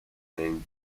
renamed